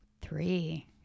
Three